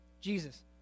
Jesus